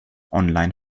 online